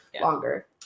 longer